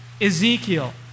Ezekiel